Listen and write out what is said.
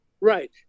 Right